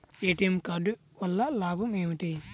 ATM card వల్ల లాభం ఏమిటి?